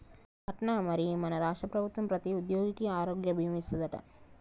అట్నా మరి మన రాష్ట్ర ప్రభుత్వం ప్రతి ఉద్యోగికి ఆరోగ్య భీమా ఇస్తాదట